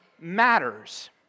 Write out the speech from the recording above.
matters